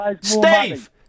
Steve